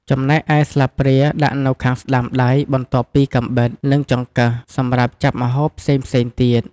ចំណែកឯស្លាបព្រាដាក់នៅខាងស្តាំដៃបន្ទាប់ពីកាំបិត និងចង្កឹះសម្រាប់ចាប់ម្ហូបផ្សេងៗទៀត។